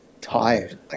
tired